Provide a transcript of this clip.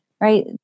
right